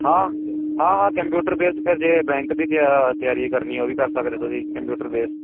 ਹਾਂ ਹਾਂ computer base ਫਿਰ ਜੇ ਬੈਂਕ ਦੀ ਤਿਆਰੀ ਕਰਨੀ ਉਹ ਵੀ ਕਰ ਸਕਦੇ ਤੁਸੀਂ ਕੰਪਿਊਟਰ ਬੇਸ